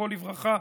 זכרו לברכה,